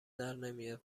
درنمیاد